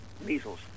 Measles